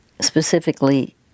specifically